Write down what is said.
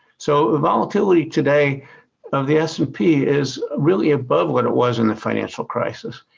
so the volatility today of the s and p is really above what it was in the financial crisis.